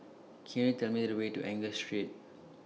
Can YOU Tell Me The Way to Angus Street